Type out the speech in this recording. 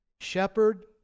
Shepherd